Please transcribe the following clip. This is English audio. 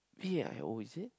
V A I O is it